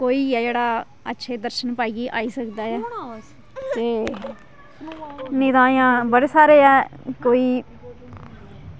कोई गै ऐ जेह्ड़ा अच्छे दर्शन पाइयै आई सकदा ऐ ते नेईं तां बड़े सारे ऐं कोई